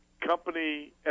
company